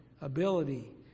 ability